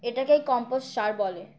এটাকেই কম্পোস্ট সার বলে